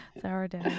Sourdough